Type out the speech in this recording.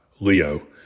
Leo